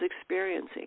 experiencing